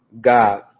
God